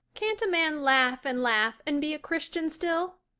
can't a man laugh and laugh and be a christian still?